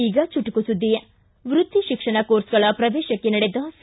ಈಗ ಚುಟುಕು ಸುದ್ದಿ ವೃತ್ತಿ ಶಿಕ್ಷಣ ಕೋರ್ಸ್ಗಳ ಪ್ರವೇಶಕ್ಕೆ ನಡೆದ ಸಿ